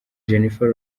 jennifer